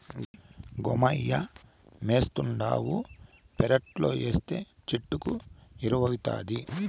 గోమయమేస్తావుండావు పెరట్లేస్తే చెట్లకు ఎరువౌతాది